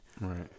Right